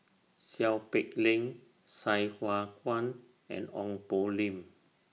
Seow Peck Leng Sai Hua Kuan and Ong Poh Lim